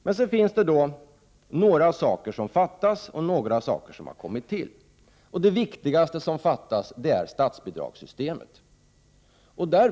Men några av dessa fattas och några har kommit till. De viktigaste som fattas gäller statsbidragssystemet.